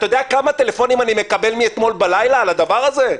אתה יודע כמה טלפונים אני מקבל מאתמול בלילה על הדבר הזה?